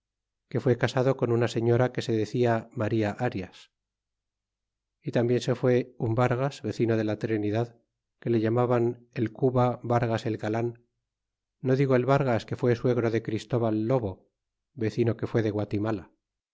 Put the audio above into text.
que fuó casado con una señora que se decia maría arias y tambien se fué un vargas vecino de la trinidad que le llamaban en cuba vargas el galan no el vargas que fué suegro de christóbal lobo vecino que fue de guatimala